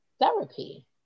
therapy